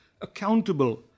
accountable